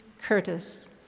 Curtis